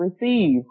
receive